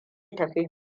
tafi